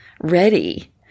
ready